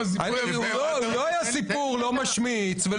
לא היה סיפור, לא משמיץ.